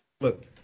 Look